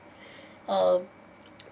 of